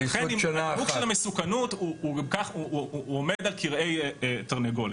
ולכן --- של המסוכנות עומד על כרעי תרנגולת.